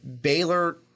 Baylor-